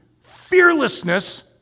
Fearlessness